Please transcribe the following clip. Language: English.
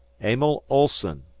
emil olsen,